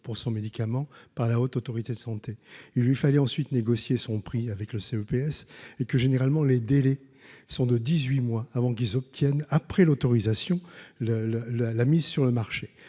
pour son médicament par la Haute autorité de santé, il lui fallait ensuite négocié son prix avec le CE, PS et que généralement, les délais sont de 18 mois avant qu'ils obtiennent, après l'autorisation le le la la mise sur le marché,